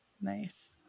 Nice